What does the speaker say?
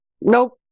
Nope